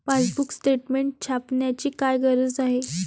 Passbook statement छापण्याची काय गरज आहे?